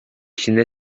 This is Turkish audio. içinde